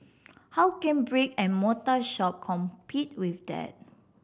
how can brick and mortar shop compete with that